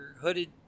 hooded